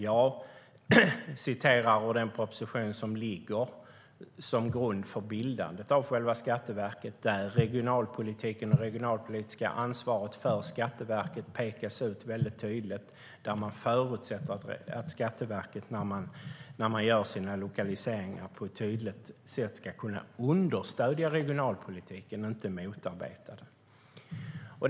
Jag läser ur den proposition som ligger till grund för bildandet av själva Skatteverket, och där pekas regionalpolitiken och det regionalpolitiska ansvaret hos Skatteverket ut tydligt. Man förutsätter där att Skatteverket när det gör sina lokaliseringar på ett tydligt sätt ska kunna understödja regionalpolitiken, inte motarbeta den.